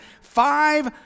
five